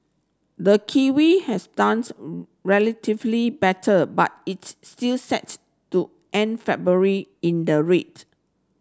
the kiwi has done relatively better but it's still sets to end February in the read